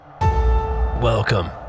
Welcome